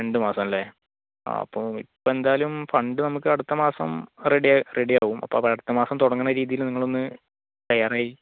രണ്ട് മാസം അല്ലേ ആ അപ്പോൾ ഇപ്പോൾ എന്തായാലും ഫണ്ട് നമുക്ക് അടുത്ത മാസം റെഡി റെഡി ആവും അപ്പോൾ അടുത്ത മാസം തുടങ്ങണ രീതിയിൽ നിങ്ങളൊന്ന് തയ്യാറായി